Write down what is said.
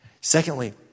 Secondly